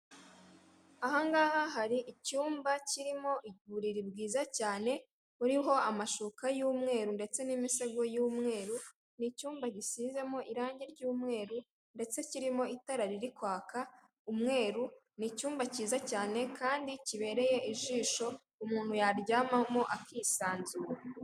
Ahangaha hari icyumba kirimo uburiri bwiza cyane, buriho amashuka y'umweru ndetse n'imisego y'umweru, ni icyumba gisizemo irangi ry'umweru, ndetse kirimo itara riri kwaka umweru, ni icyumba cyiza cyane kandi kibereye ijisho umuntu yaryamamo akisanzura.